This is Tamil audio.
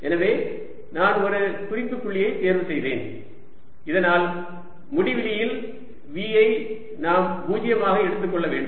எனவே நான் ஒரு குறிப்பு புள்ளியைத் தேர்வு செய்கிறேன் இதனால் முடிவிலியில் V ஐ நாம் 0 ஆக எடுத்துக்கொள்ள வேண்டும்